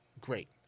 Great